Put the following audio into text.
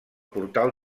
portal